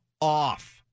off